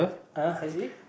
(uh huh) I see